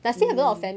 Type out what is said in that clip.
oo